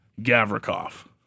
Gavrikov